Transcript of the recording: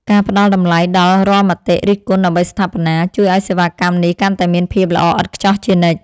ការផ្តល់តម្លៃដល់រាល់មតិរិះគន់ដើម្បីស្ថាបនា ជួយឱ្យសេវាកម្មនេះកាន់តែមានភាពល្អឥតខ្ចោះជានិច្ច។